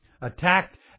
Attacked